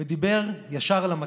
ודיבר ישר אל המצלמה.